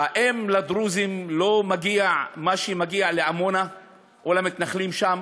האם לדרוזים לא מגיע מה שמגיע לעמונה או למתנחלים שם?